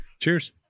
Cheers